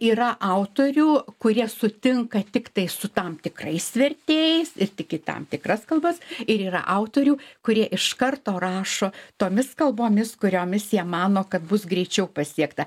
yra autorių kurie sutinka tiktai su tam tikrais vertėjais ir tik į tam tikras kalbas ir yra autorių kurie iš karto rašo tomis kalbomis kuriomis jie mano kad bus greičiau pasiekta